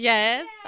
Yes